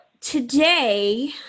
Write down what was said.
today